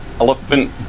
elephant